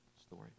story